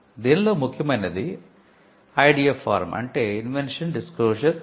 దీనిలో ముఖ్యమైనది IDF form అంటే ఇన్వెన్షన్ డిస్క్లోషర్ ఫారం